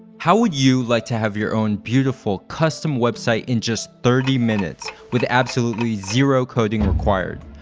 how would you like to have your own beautiful, custom website in just thirty minutes, with absolutely zero coding required?